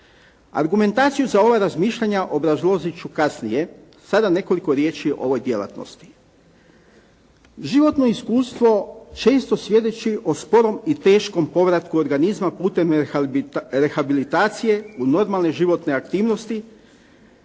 Argumentaciju za ova razmišljanja obrazložiti ću kasnije, sada nekoliko riječi o ovoj djelatnosti. Životno iskustvo često svjedoči o sporom i teškom povratku organizma putem rehabilitacije u normalne životne aktivnosti